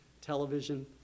television